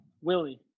Willie